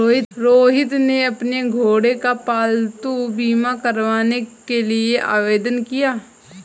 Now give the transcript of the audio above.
रोहित ने अपने घोड़े का पालतू बीमा करवाने के लिए आवेदन किया